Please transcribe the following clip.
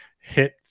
hit